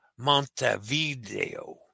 Montevideo